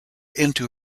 into